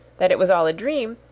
that it was all a dream,